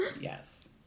Yes